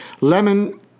Lemon